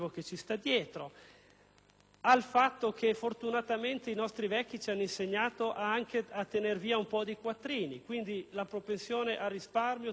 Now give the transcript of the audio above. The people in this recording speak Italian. al fatto che fortunatamente i nostri vecchi ci hanno insegnato anche a mettere da parte un po' di quattrini. Abbiamo dunque una propensione al risparmio tipicamente più elevata,